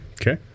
Okay